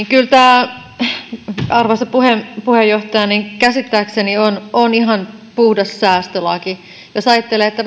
kyllä tämä arvoisa puheenjohtaja käsittääkseni on ihan puhdas säästölaki jos ajattelee että